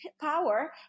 power